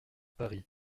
paris